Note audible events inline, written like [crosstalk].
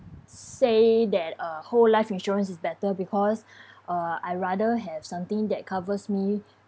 say that uh whole life insurance is better because [breath] uh I rather have something that covers me